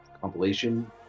compilation